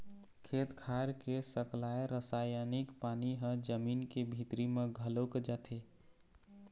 खेत खार के सकलाय रसायनिक पानी ह जमीन के भीतरी म घलोक जाथे